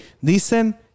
dicen